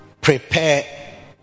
prepare